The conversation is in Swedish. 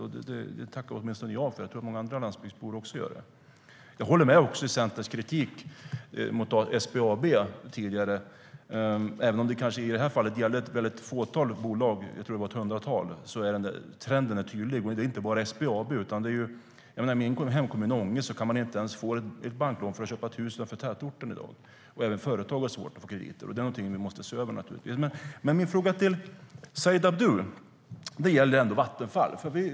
Det tackar åtminstone jag för, och jag tror att många andra landsbygdsbor också gör det. Min fråga till Said Abdu gäller Vattenfall.